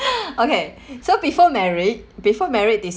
okay so before married before married this